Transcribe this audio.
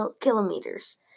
kilometers